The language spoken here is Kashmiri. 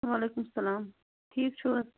وعلیکُم سلام ٹھیٖک چھُو حظ